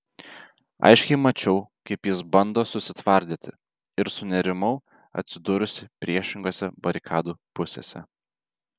aiškiai mačiau kaip jis bando susitvardyti ir sunerimau atsidūrusi priešingose barikadų pusėse